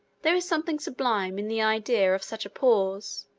there is something sublime in the idea of such a pause,